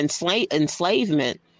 enslavement